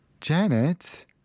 Janet